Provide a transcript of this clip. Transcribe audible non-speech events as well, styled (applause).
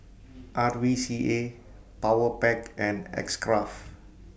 R V C A Powerpac (noise) and X Craft